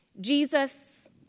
Jesus